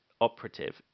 operative